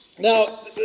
Now